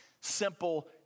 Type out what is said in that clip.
simple